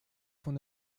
von